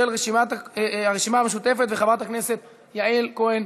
של הרשימה המשותפת וחברת הכנסת כהן-פארן,